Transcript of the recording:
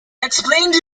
explained